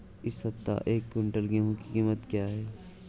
इस सप्ताह एक क्विंटल गेहूँ की कीमत क्या है?